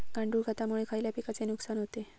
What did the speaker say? गांडूळ खतामुळे खयल्या पिकांचे नुकसान होते?